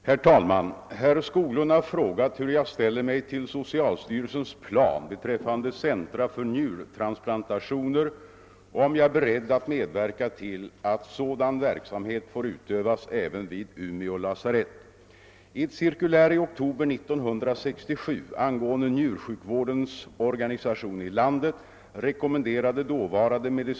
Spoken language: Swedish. Herr talman! Herr Skoglund har frå-. gat hur jag ställer mig till socialstyrelsens plan beträffande centra för njurtransplantationer och om jag är beredd: att medverka till att sådan verksamhet får utövas även vid Umeå lasarett. I ett cirkulär i oktober 1967 angående njursjukvårdens organisation i lan-: det rekommenderade dåvarande medi-.